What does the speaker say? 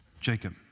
Jacob